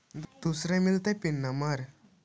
दुसरे मिलतै PIN number?